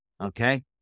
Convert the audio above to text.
Okay